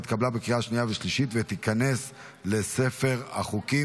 התקבלה בקריאה השנייה והשלישית ותיכנס לספר החוקים.